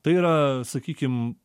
tai yra sakykim